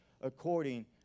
according